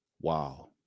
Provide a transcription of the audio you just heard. Wow